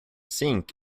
sink